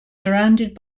surrounded